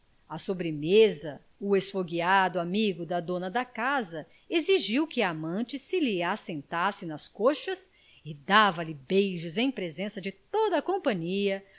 à sobremesa o esfogueado amigo da dona da casa exigiu que a amante se lhe assentasse nas coxas e dava-lhe beijos em presença de toda a companhia